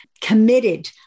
committed